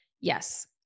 Yes